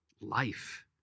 life